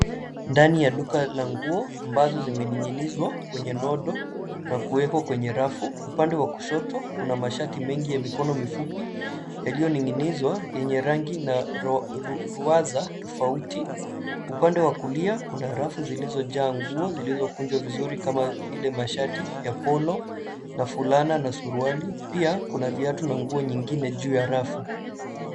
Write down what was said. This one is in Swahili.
Ndani ya duka la nguo ambazo zimening'inizwa kwenye nodo na kuwekwa kwenye rafu. Upande wa kushoto kuna mashati mengi ya mikono mifupi yaliyoning'inizwa yenye rangi na ruwaza tofauti. Upande wa kulia kuna rafu zilizojaa nguo zilizokunjwa vizuri kama vile mashati ya Polo na fulana na suruali. Pia kuna viatu na nguo nyingine juu ya rafu.